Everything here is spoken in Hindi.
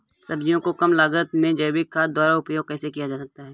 सब्जियों को कम लागत में जैविक खाद द्वारा उपयोग कैसे किया जाता है?